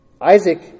Isaac